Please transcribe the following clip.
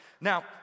Now